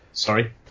Sorry